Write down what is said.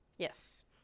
Yes